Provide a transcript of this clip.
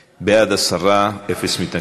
בעד, 10, אין מתנגדים.